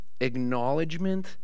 acknowledgement